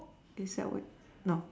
is that what no